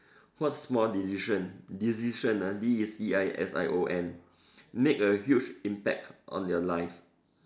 what small decision decision ah D E C I S I O N make a huge impact on your life